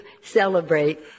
celebrate